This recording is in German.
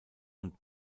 und